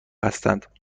هستند